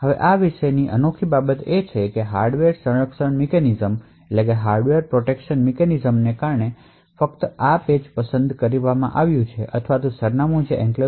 હવે આ વિશેની અનોખી બાબત એ છે કે હાર્ડવેર સંરક્ષણ મિકેનિઝમ્સને કારણે આ ફક્ત પેજ અથવા સરનામું પસંદ કરી રહ્યું છે જ્યાં એન્ક્લેવ્સ હાજર છે